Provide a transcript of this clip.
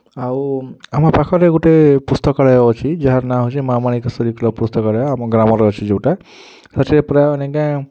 ଆଉ ଆମ ପାଖରେ ଗୁଟେ ପୁସ୍ତକାଳୟ ଅଛି ଯାହାର୍ ନାଁ ହଉଛି ମା' ମାଣିକେଶ୍ୱରୀ କ୍ଲବ୍ ପୁସ୍ତକାଳୟ ଆମ ଗ୍ରାମରେ ଅଛି ଯୋଉଟା ସେଥିରେ ପ୍ରାୟ ନାଇକେଁ